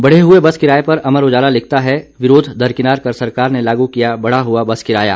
बढ़े हुए बस किराऐ पर अमर उजाला लिखता है विरोध दरकिनार कर सरकार ने लागू किया बढ़ा हुआ बस किराया